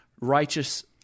righteous